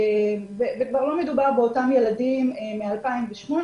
וכבר לא מדובר באותם ילדים מ-2008,